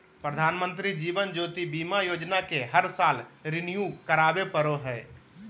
प्रधानमंत्री जीवन ज्योति बीमा योजना के हर साल रिन्यू करावे पड़ो हइ